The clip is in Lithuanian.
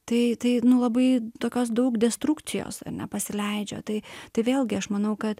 tai tai nu labai tokios daug destrukcijos na pasileidžia tai tai vėlgi aš manau kad